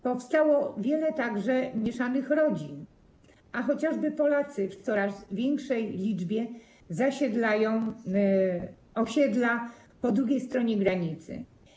Powstało także wiele mieszanych rodzin, chociażby Polacy w coraz większej liczbie zasiedlają osiedla po drugiej stronie granicy.